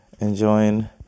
enjoying